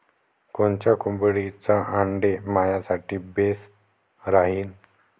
कोनच्या कोंबडीचं आंडे मायासाठी बेस राहीन?